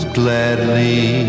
gladly